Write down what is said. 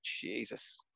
Jesus